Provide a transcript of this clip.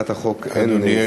להצעת החוק אין הסתייגויות.